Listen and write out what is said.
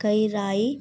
गहराई